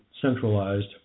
centralized